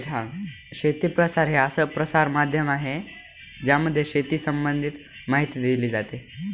शेती प्रसार हे असं प्रसार माध्यम आहे ज्यामध्ये शेती संबंधित माहिती दिली जाते